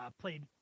Played